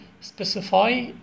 specify